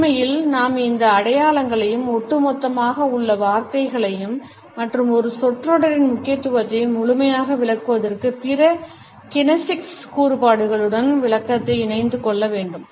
உண்மையில் நாம் இந்த அடையாளங்களையும் ஒட்டுமொத்தமாக உள்ள வார்த்தைகளையும் மற்றும் ஒரு சொற்றொடரின் முக்கியத்துவத்தையும் முழுமையாக விளக்குவதற்கு பிற kinesics கூறுபாடுகளுடன் விளக்கத்தையும் இணைத்துக் கொள்ள வேண்டும்